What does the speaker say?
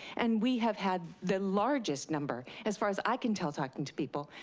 and we have had the largest number, as far as i can tell talking to people,